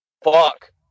fuck